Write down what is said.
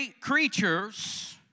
creatures